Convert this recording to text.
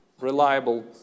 reliable